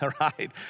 right